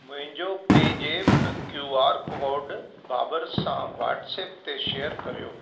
मुंहिंजो PayZapp Q R code बाबर सां व्हाटसप ते शेयर करियो